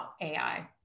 AI